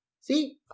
See